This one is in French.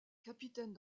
capitaine